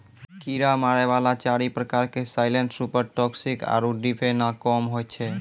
कीड़ा मारै वाला चारि प्रकार के साइलेंट सुपर टॉक्सिक आरु डिफेनाकौम छै